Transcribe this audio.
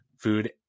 food